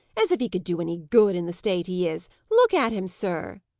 as if he could do any good in the state he is! look at him, sir.